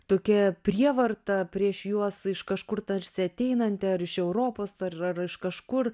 tokia prievarta prieš juos iš kažkur tarsi ateinanti ar iš europos ar ar iš kažkur